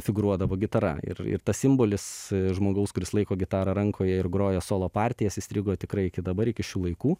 figūruodavo gitara ir ir tas simbolis žmogaus kuris laiko gitarą rankoje ir groja solo partijas įstrigo tikrai iki dabar iki šių laikų